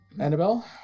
Annabelle